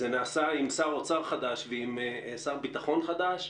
זה נעשה עם שר אוצר חדש ועם שר ביטחון חדש.